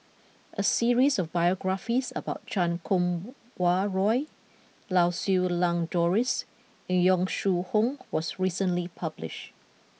a series of biographies about Chan Kum Wah Roy Lau Siew Lang Doris and Yong Shu Hoong was recently published